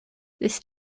this